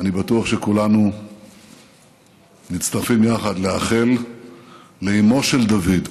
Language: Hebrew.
אני בטוח שכולנו מצטרפים יחד לאחל לאימו של דוד,